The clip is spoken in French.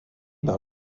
par